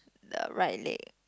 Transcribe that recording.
the right leg